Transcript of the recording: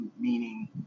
meaning